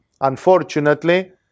unfortunately